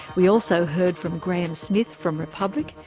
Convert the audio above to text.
we also heard from graham smith from republic,